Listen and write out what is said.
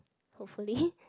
hopefully